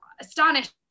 astonished